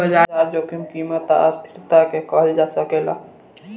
बाजार जोखिम कीमत आ अस्थिरता के कहल जा सकेला